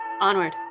Onward